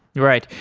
right.